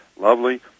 lovely